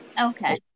Okay